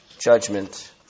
judgment